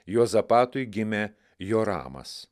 juozapatui gimė joramas